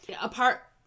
apart